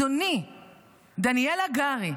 אדוני דניאל הגרי,